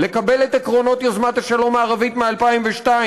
לקבל את עקרונות יוזמת השלום הערבית מ-2002,